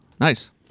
Nice